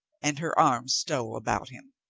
and her arms stole about him.